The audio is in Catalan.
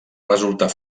resultar